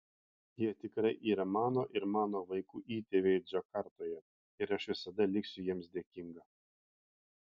jie tikrai yra mano ir mano vaikų įtėviai džakartoje ir aš visada liksiu jiems dėkinga